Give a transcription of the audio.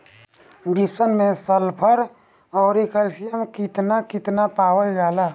Gypsum मैं sulphur औरी calcium कितना कितना पावल जाला?